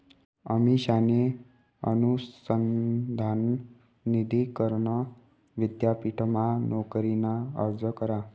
अमिषाने अनुसंधान निधी करण विद्यापीठमा नोकरीना अर्ज करा